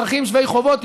אזרחים שווי חובות,